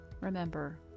Remember